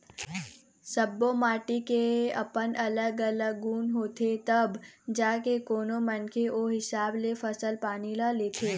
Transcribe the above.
सब्बो माटी के अपन अलग अलग गुन होथे तब जाके कोनो मनखे ओ हिसाब ले फसल पानी ल लेथे